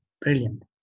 brilliant